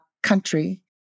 country